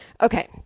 Okay